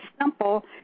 simple